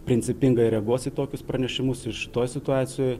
principingai reaguos į tokius pranešimus ir šitoj situacijoj